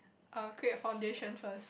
I will create a foundation first